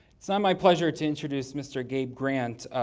so my pleasure to introduce mr. gabe grant,